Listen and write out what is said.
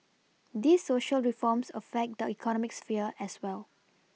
these Social reforms affect the economic sphere as well